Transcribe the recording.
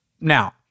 Now